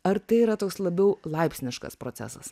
ar tai yra toks labiau laipsniškas procesas